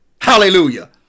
Hallelujah